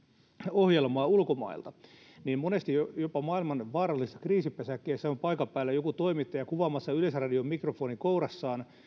ohjelmaa ulkomailta monesti jopa maailman vaarallisissa kriisipesäkkeissä on paikan päällä joku toimittaja kuvaamassa yleisradion mikrofoni kourassaan